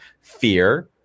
fear